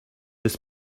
with